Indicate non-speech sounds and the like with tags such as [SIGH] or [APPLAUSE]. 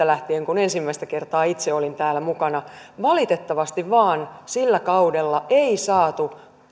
[UNINTELLIGIBLE] lähtien kun ensimmäistä kertaa itse olin täällä mukana valitettavasti vain sillä kaudella ei saatu